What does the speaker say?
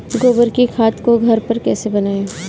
गोबर की खाद को घर पर कैसे बनाएँ?